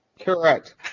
Correct